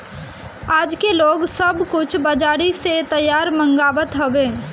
आजके लोग सब कुछ बजारी से तैयार मंगवात हवे